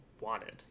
wanted